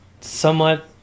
somewhat